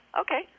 okay